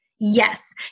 Yes